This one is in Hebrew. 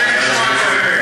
סליחה,